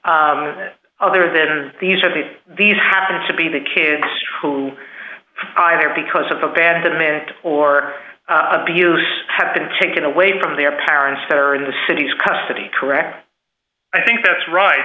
other than these are the these happen to be the kids who either because of abandonment or abuse have been taken away from their parents that are in the cities custody correct i think that's right